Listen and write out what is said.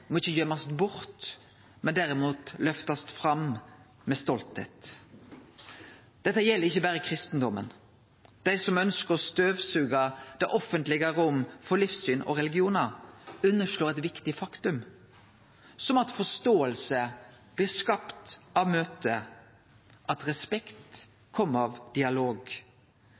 må ikkje gøymast bort, men derimot løftast fram med stoltheit. Og dette gjeld ikkje berre kristendomen. Dei som ønskjer å støvsuge det offentlege rom for livssyn og religionar, underslår viktige faktum, som at forståing blir skapt av møte, og at respekt kjem av dialog.